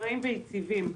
אחראיים ויציבים.